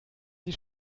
sie